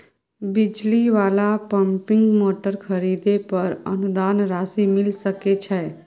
बिजली वाला pumping motor खरीदे पर अनुदान राशि मिल सके छैय?